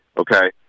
Okay